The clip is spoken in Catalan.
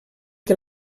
que